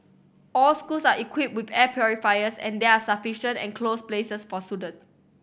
all schools are equipped with air purifiers and there are sufficient enclosed places for students